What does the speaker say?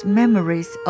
memories